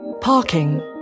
parking